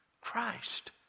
Christ